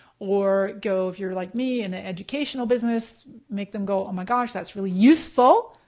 or go if you're like me in the educational business, make them go oh my gosh that's really useful.